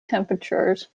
temperatures